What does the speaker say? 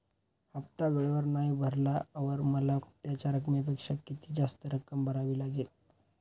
हफ्ता वेळेवर नाही भरल्यावर मला हप्त्याच्या रकमेपेक्षा किती जास्त रक्कम भरावी लागेल?